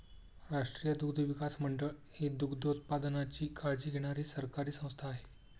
राष्ट्रीय दुग्धविकास मंडळ ही दुग्धोत्पादनाची काळजी घेणारी सरकारी संस्था आहे